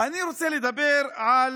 אני רוצה לדבר על